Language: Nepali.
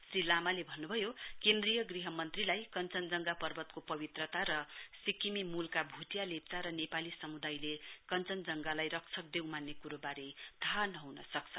श्री लामाले भन्नु भयो केन्द्रीय गृह मन्त्रीलाई कञ्जनजङ्गा पर्वतको पवित्रता र सिक्किमका मूल भुटिया लेप्चा र नेपाली समुदायले र कञनजंघारक्षकदेव मान्ने कुरोबारे थाहा नहुन सक्छ